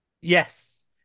yes